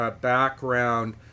background